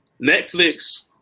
netflix